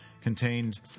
contained